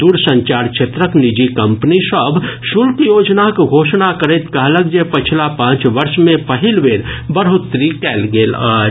दूरसंचार क्षेत्रक निजी कम्पनी सभ शुल्क योजनाक घोषणा करैत कहलक जे पछिला पांच वर्ष मे पहिल बेर बढ़ोत्तरी कयल गेल अछि